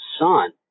son